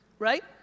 Right